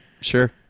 Sure